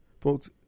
Folks